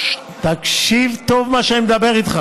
אמרתי לו, תקשיב טוב למה שאני אומר לך.